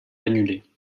annulée